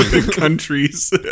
countries